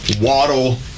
Waddle